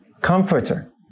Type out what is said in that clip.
comforter